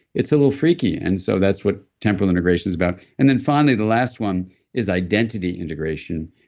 it's a little freaky. and so that's what temporal integration is about and then, finally, the last one is identity integration,